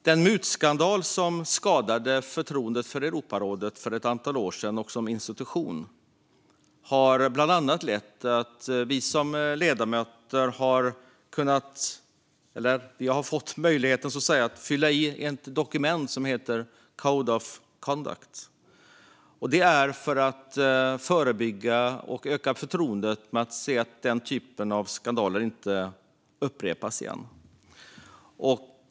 Den mutskandal som för några år sedan skadade förtroendet för Europarådet som institution har bland annat lett till att vi ledamöter för att kunna delta har behövt fylla i ett dokument som heter code of conduct, detta för att öka förtroendet och förebygga att den här typen av skandaler upprepas.